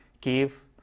give